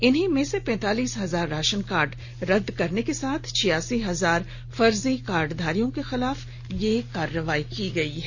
इन्हीं में से पैंतालीस हजार राशन कार्ड रद्द करने के साथ छियासी हजार फर्जी कार्डधारियों के खिलाफ यह कार्रवाई की गई है